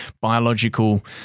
biological